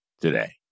today